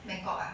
bangkok ah